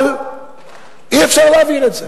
אבל אי-אפשר להעביר את זה.